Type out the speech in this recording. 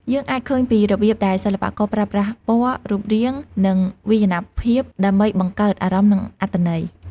យើងអាចឃើញពីរបៀបដែលសិល្បករប្រើប្រាស់ពណ៌ រូបរាង និងវាយនភាពដើម្បីបង្កើតអារម្មណ៍ និងអត្ថន័យ។